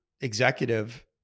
executive